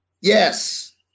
Yes